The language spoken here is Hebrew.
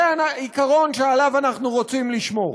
זה העיקרון שעליו אנחנו רוצים לשמור.